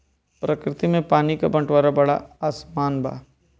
प्रकृति में पानी क बंटवारा बड़ा असमान बा